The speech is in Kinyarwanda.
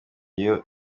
iyo